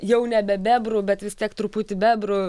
jau nebe bebrų bet vis tiek truputį bebrų